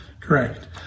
Correct